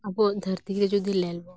ᱟᱵᱚᱣᱟᱜ ᱫᱷᱟᱹᱨᱛᱤ ᱨᱮ ᱡᱩᱫᱤ ᱧᱮᱞ